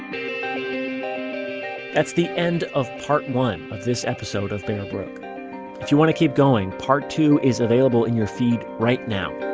that's the end of part one of this episode of bear brook if you want to keep going, part two is available in your feed right now